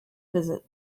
visit